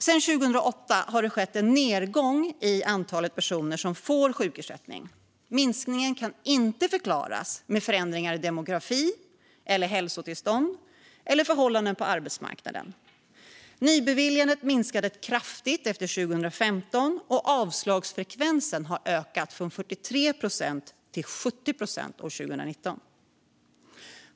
Sedan 2008 har det skett en nedgång i antalet personer som får sjukersättning. Minskningen kan inte förklaras med förändringar i demografi, hälsotillstånd eller förhållanden på arbetsmarknaden. Nybeviljandet minskade kraftigt efter 2015, och avslagsfrekvensen har ökat från 43 procent till 70 procent 2019.